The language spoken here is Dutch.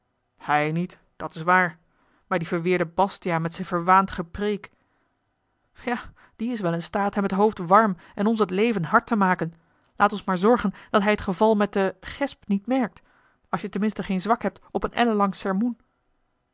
hij niet dat is waar maar die verweerde bastiaan met zijn verwaand gepreêk a die is wel in staat hem het hoofd warm en ons het leven had te maken laat ons maar zorgen dat hij t geval met den gesp niet merkt als je ten minste geen zwak hebt op een ellenlang